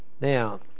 Now